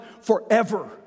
forever